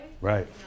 Right